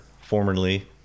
formerly